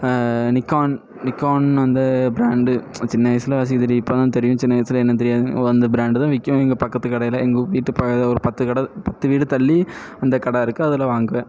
Nikon நிக்கான்னு அந்த brand சின்ன வயதுல வாசிக்க தெரியாது இப்போலாம் தெரியும் சின்ன வயதுல என்னன்னு தெரியாது அந்த ப்ராண்டு தான் விற்கும் எங்கள் பக்கத்து கடையில் எங்கள் வீட்டு பக்கத்தில் ஒரு பத்து கடை பத்து வீடு தள்ளி அந்த கடை இருக்குது அதில் வாங்குவேன்